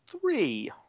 Three